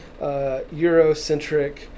Eurocentric